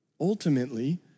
Ultimately